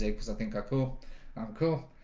like because i think i cool um cool